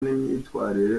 n’imyitwarire